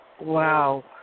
Wow